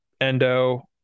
endo